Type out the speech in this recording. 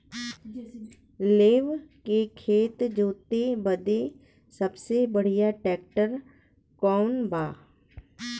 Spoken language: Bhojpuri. लेव के खेत जोते बदे सबसे बढ़ियां ट्रैक्टर कवन बा?